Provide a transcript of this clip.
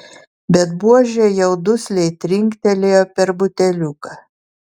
bet buožė jau dusliai trinktelėjo per buteliuką